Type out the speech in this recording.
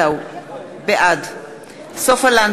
ולא יעזור